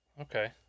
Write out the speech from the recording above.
Okay